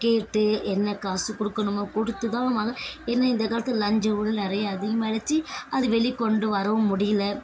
கேட்டு என்ன காசு கொடுக்கணுமோ கொடுத்து தான் ஆவாங்க ஏன்னா இந்த காலத்தில் லஞ்ச ஊழல் நிறைய அதிகமாயிடுச்சு அதை வெளிக்கொண்டு வரவும் முடியல